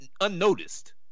unnoticed